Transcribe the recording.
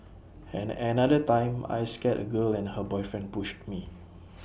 and another time I scared A girl and her boyfriend pushed me